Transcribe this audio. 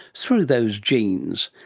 through those genes,